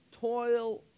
toil